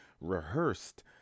rehearsed